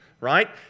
right